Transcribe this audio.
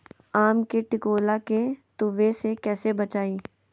आम के टिकोला के तुवे से कैसे बचाई?